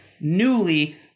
newly